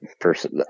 person